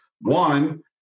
One